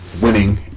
winning